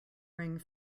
ring